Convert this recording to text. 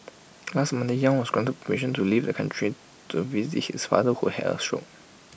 last Monday yang was granted permission to leave the country to visit his father who had A stroke